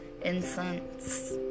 incense